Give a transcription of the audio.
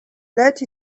let